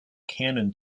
canon